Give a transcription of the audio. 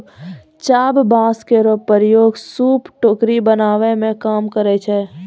चाभ बांस केरो प्रयोग सूप, टोकरी बनावै मे काम करै छै